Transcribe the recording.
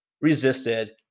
resisted